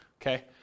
okay